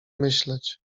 myśleć